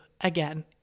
again